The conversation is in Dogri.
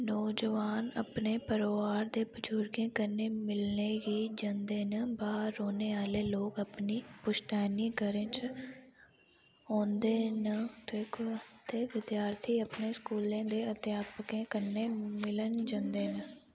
नौजोआन अपने परोआर दे बजुर्गें कन्नै मिलने गी जंदे न बाह्र रौह्ने आह्ले लोक अपने पुश्तैनी घरें च औंदे न ते क ते विद्यार्थी अपने स्कूलें दे अध्यापकें कन्नै मिलन जंदे न